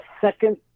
second